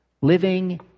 living